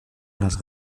las